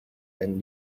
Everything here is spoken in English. and